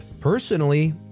Personally